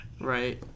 right